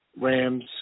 Rams